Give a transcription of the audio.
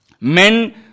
Men